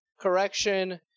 correction